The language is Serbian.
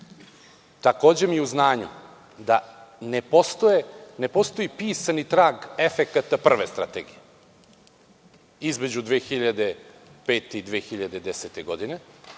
mi je u znanju da ne postoji pisani trag efekata prve strategije između 2005. i 2010 godine,